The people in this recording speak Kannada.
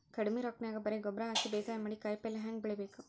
ಕಡಿಮಿ ರೊಕ್ಕನ್ಯಾಗ ಬರೇ ಗೊಬ್ಬರ ಹಾಕಿ ಬೇಸಾಯ ಮಾಡಿ, ಕಾಯಿಪಲ್ಯ ಹ್ಯಾಂಗ್ ಬೆಳಿಬೇಕ್?